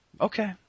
Okay